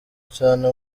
cane